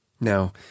Now